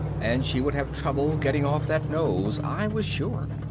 and she would have trouble getting off that nose, i was sure.